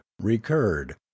recurred